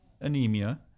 anemia